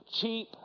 cheap